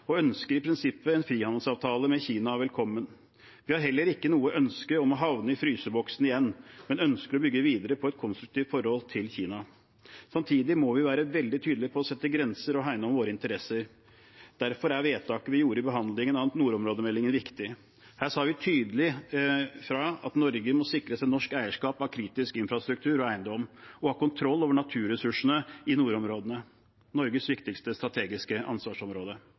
og ønsker i prinsippet en frihandelsavtale med Kina velkommen. Vi har heller ikke noe ønske om å havne i fryseboksen igjen, men ønsker å bygge videre på et konstruktivt forhold til Kina. Samtidig må vi være veldig tydelige på å sette grenser og hegne om våre interesser. Derfor er vedtaket vi gjorde i forbindelse med behandlingen av nordområdemeldingen, viktig. Her sa vi tydelig fra at Norge må sikre norsk eierskap av kritisk infrastruktur og eiendom og ha kontroll over naturressursene i nordområdene, Norges viktigste strategiske ansvarsområde.